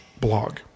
blog